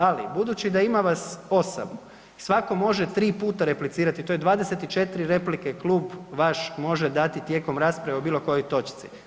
Ali budući da ima vas 8 i svako može 3 puta replicirati, to je 24 replike klub vaš može dati tijekom rasprave o bilo kojoj točci.